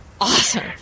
awesome